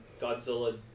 Godzilla